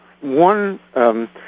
one